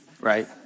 right